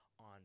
on